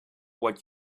what